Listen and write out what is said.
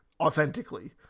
authentically